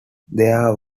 there